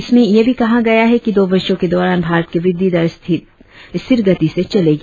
इसमें यह भी कहा गया है कि दो वर्षों के दौरान भारत की वृद्धि दर स्थिर गति से चलेगी